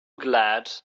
glad